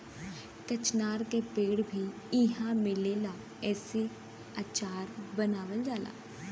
कचनार के पेड़ भी इहाँ मिलेला एसे अचार बनावल जाला